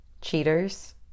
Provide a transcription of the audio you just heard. Cheaters